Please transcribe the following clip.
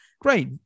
great